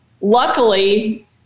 luckily